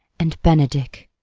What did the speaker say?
and, benedick,